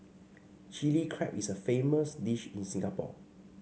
Chilli Crab is a famous dish in Singapore